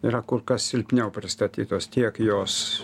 yra kur kas silpniau pristatytos tiek jos